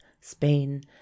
spain